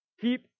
Keep